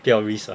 不要 risk lah